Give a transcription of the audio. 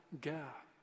gap